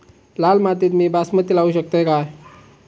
लाल मातीत मी बासमती लावू शकतय काय?